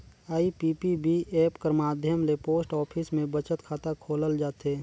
IPPB app कर माध्यम ले पोस्ट ऑफिस में बचत खाता खोलल जाथे